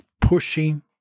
pushing